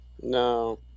No